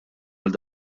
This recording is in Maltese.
għal